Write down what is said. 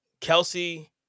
Kelsey